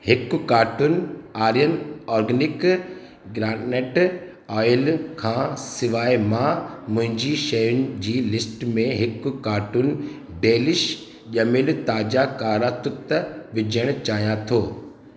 हिकु कार्टुन आरयन organic groundnut oil खां सवाइ मां मुंहिंजी शयुनि जी लिस्ट में हिकु कार्टुन डेलिश जमियल ताज़ा कारा तूत विझणु चाहियां थो